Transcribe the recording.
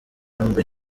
amb